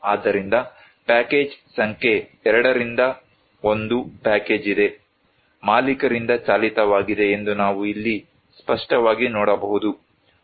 ಆದ್ದರಿಂದ ಪ್ಯಾಕೇಜ್ ಸಂಖ್ಯೆ 2 ರಿಂದ ಒಂದು ಪ್ಯಾಕೇಜ್ ಇದೆ ಮಾಲೀಕರಿಂದ ಚಾಲಿತವಾಗಿದೆ ಎಂದು ನಾವು ಇಲ್ಲಿ ಸ್ಪಷ್ಟವಾಗಿ ನೋಡಬಹುದು